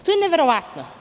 To je neverovatno.